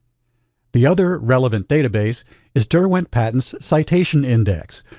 the other relevant database is derwent patents citation index,